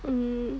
um